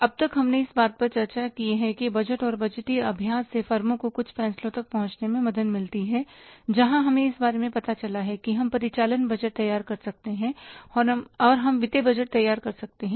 अब तक हमने इस बात पर चर्चा की है कि बजट और बजटीय अभ्यास से फर्मों को कुछ फ़ैसलों पर पहुंचने में मदद मिलती है जहां हमें इस बारे में पता चला है कि हम परिचालन बजट तैयार कर सकते हैं और हम वित्तीय बजट तैयार कर सकते हैं